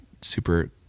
Super